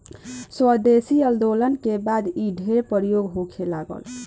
स्वदेशी आन्दोलन के बाद इ ढेर प्रयोग होखे लागल